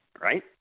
right